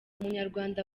umunyarwanda